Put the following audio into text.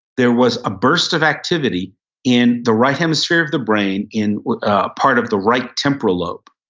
there was a burst of activity in the right hemisphere of the brain in a part of the right temporal lobe.